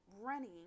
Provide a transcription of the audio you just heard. running